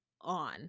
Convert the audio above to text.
on